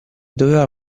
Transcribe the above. doveva